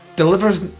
delivers